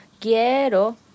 quiero